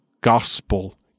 gospel